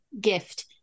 gift